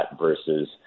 versus